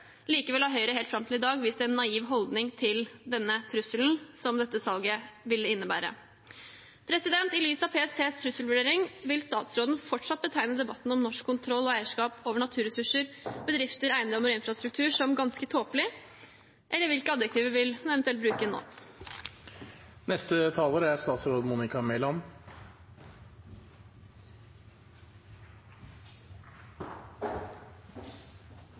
Likevel har Høyre helt fram til i dag vist en naiv holdning til den trusselen som dette salget ville innebære. I lys av PSTs trusselvurdering – vil statsråden fortsatt betegne debatten om norsk kontroll og eierskap over naturressurser, bedrifter, eiendommer og infrastruktur som «ganske tåpelig», eller hvilke adjektiver vil hun eventuelt bruke nå?